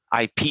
IP